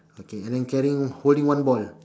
okay then carrying holding one ball